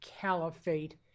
caliphate